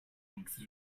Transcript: next